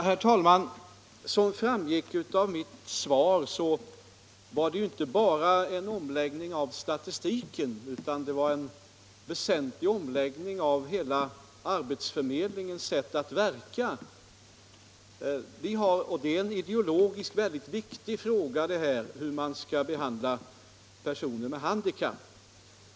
Herr talman! Som framgick av mitt svar var det ju inte bara en omläggning av statistiken utan en väsentlig omläggning av hela arbetsförmedlingens sätt att verka. Hur man skall behandla personer med handikapp är en ideologiskt mycket viktig fråga.